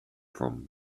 from